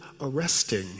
arresting